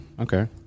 okay